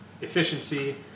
efficiency